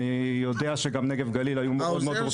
אני יודע שגם נגב גליל היו מאוד מאוד רוצים להירתם לזה.